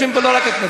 יושבים פה לא רק,